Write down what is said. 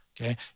okay